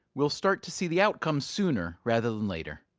we'll start to see the outcome sooner, rather than later.